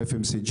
ה-FMCG,